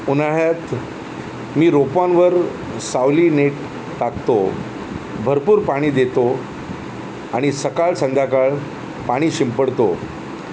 उन्हाळ्यात मी रोपांवर सावली नीट टाकतो भरपूर पाणी देतो आणि सकाळ संध्याकाळ पाणी शिंपडतो